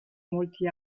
molti